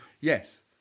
Yes